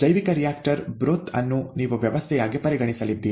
ಜೈವಿಕ reactor broth ಅನ್ನು ನೀವು ವ್ಯವಸ್ಥೆಯಾಗಿ ಪರಿಗಣಿಸಲಿದ್ದೀರಿ